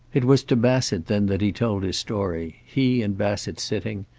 it was to bassett then that he told his story, he and bassett sitting,